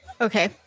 Okay